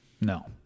No